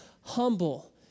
humble